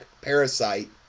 parasite